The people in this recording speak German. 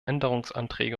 änderungsanträge